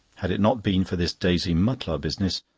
had it not been for this daisy mutlar business,